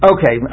Okay